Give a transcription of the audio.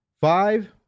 Five